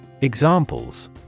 Examples